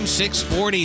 640